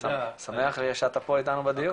אני שמח שאתה פה איתנו בדיון.